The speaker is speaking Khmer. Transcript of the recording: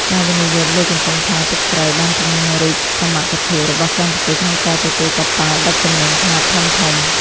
ការវិនិយោគលើកំពង់ផែទឹកជ្រៅ បានពង្រីកសមត្ថភាពរបស់កម្ពុជាក្នុងការទទួលកប៉ាល់ដឹកទំនិញខ្នាតធំៗ។